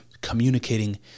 communicating